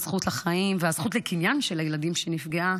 הזכות לחיים והזכות לקניין של הילדים שנפגעה